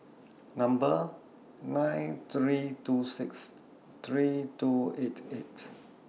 Number nine three two six three two eight eight